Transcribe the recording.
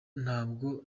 ntabwo